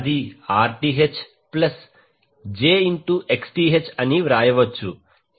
అది Rth plus j Xth అని వ్రాయవచ్చు